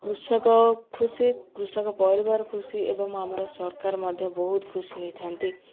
କୃଷକ ଖୁସି କୃଷକ ପରିବାର ଖୁସି ଏବଂ ଆମର ସରକାର ମଧ୍ୟ ବହୁତ ଖୁସି ହୋଇଥାନ୍ତି